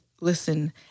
listen